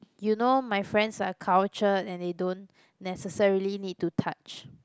you know my friends are cultured and they don't necessarily need to touch